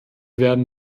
werden